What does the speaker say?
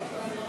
חברי